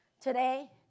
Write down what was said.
today